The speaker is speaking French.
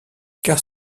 car